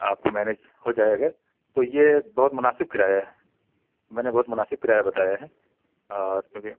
آپ مینیج ہو جائے گا تو یہ بہت مناسب کرایہ ہے میں نے بہت مناسب کرایہ بتایا ہے اور چونکہ